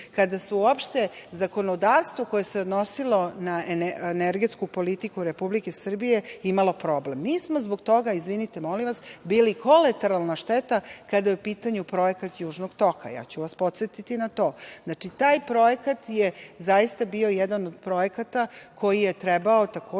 kada je uopšte zakonodavstvo koje se odnosilo na energetsku politiku Republike Srbije imalo problem. Mi smo zbog toga, izvinite molim vas, bili kolateralna šteta kada je u pitanju projekat Južnog toga, ja ću vas podsetiti na to. Znači, taj projekat je zaista bio jedan od projekata koji je trebao takođe